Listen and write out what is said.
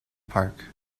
park